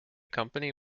company